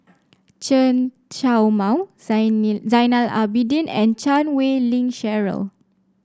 Chen Show Mao Zainal Abidin and Chan Wei Ling Cheryl